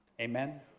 Amen